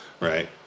right